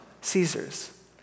Caesar's